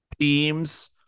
Teams